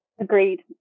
Agreed